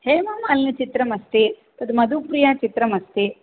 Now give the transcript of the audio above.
हेमामालिनीचित्रमस्ति तद् मधुप्रियाचित्रमस्ति